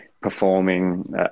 performing